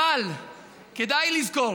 אבל כדאי לזכור: